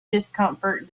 discomfort